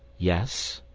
yes.